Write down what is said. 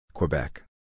Quebec